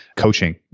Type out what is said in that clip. coaching